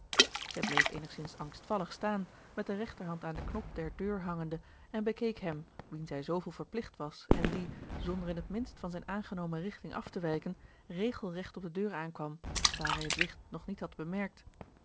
zij bleef eenigzins angstvallig staan met de regterhand aan den knop der deur hangende en bekeek hem wien zij zooveel verpligt was en die zonder in het minst van zijne aangenomen rigting af te wijken regelregt op de deur aankwam daar hij het wicht nog niet had bemerkt